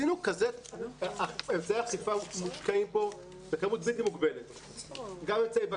מושקעים פה אמצעי אכיפה בכמות בלתי מוגבלת,